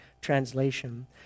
Translation